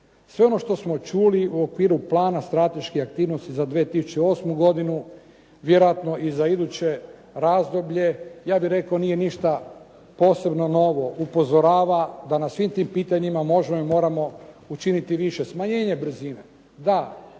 Sve ono što smo čuli u okviru plana strateških aktivnosti za 2008. godinu vjerojatno i za iduće razdoblje ja bih rekao nije ništa posebno novo, upozorava da na svim tim pitanjima možemo i moramo učiniti više. Smanjenje brzine.